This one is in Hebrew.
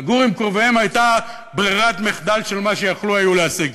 לגור עם קרוביהם הייתה ברירת מחדל של מה שיכלו להשיג.